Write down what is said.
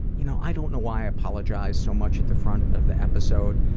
you know i don't know why i apologized so much at the front of the episode.